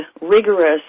rigorous